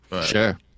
Sure